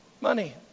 money